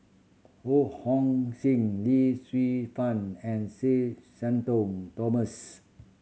Ho Hong Sing Lee Shu Fen and Sir Shenton Thomas